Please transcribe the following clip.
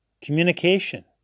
communication